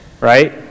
right